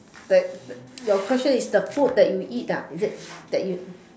your question is the food that you eat is it